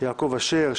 יעקב אשר,